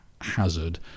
hazard